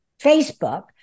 Facebook